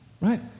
right